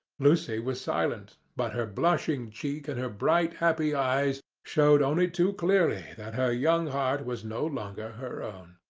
lucy was silent, but her blushing cheek and her bright, happy eyes, showed only too clearly that her young heart was no longer her own.